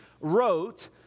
wrote